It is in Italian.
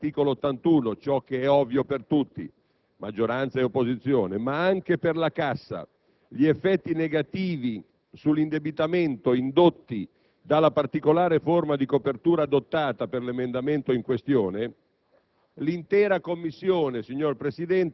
per la competenza, cioè ai sensi dell'articolo 81 della Costituzione ciò che è ovvio per tutti, maggioranza e opposizione, ma anche per la cassa gli effetti negativi sull'indebitamento, indotti dalla particolare forma di copertura adottata per l'emendamento in questione,